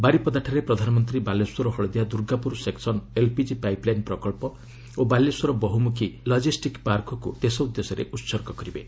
ବାରିପଦାଠାରେ ପ୍ରଧାନମନ୍ତ୍ରୀ Baleshwar Haldia Durgapur section LPG pipeline ପ୍ରକଳ୍ପ ଓ ବାଲେଶ୍ୱର ବହୁମୁଖୀ ଲଜିଷ୍ଟିକ୍ ପାର୍କକୁ ଦେଶ ଉଦ୍ଦେଶ୍ୟରେ ଉତ୍ସର୍ଗ କରିବେ